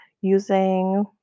using